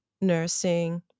nursing